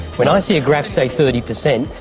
when i see a graph say thirty per cent,